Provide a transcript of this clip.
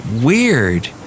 Weird